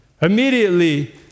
Immediately